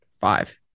Five